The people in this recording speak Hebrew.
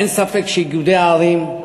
אין ספק שאיגודי הערים,